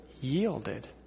yielded